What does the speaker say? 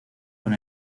con